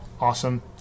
awesome